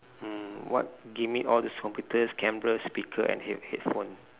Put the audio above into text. mm what give me all those computers camera speaker head~ headphones